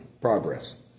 Progress